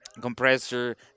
Compressor